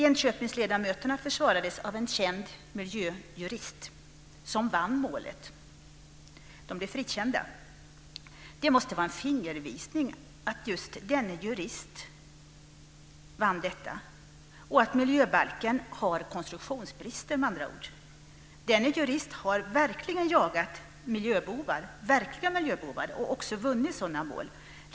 Enköpingsledamöterna försvarades av en känd miljöjurist som vann målet, så de blev frikända. Att just denne jurist vann detta måste med andra ord vara en fingervisning om att miljöbalken har konstruktionsbrister. Den här juristen har jagat verkliga miljöbovar och också vunnit sådana mål.